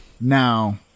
Now